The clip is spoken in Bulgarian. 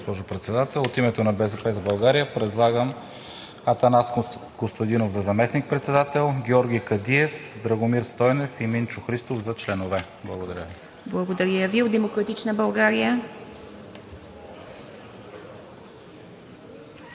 Благодаря, госпожо Председател. От името на „БСП за България“ предлагаме Атанас Костадинов за заместник-председател, Георги Кадиев, Драгомир Стойнев и Минчо Христов за членове. Благодаря Ви. ПРЕДСЕДАТЕЛ ИВА МИТЕВА: Благодаря Ви. От „Демократична България“?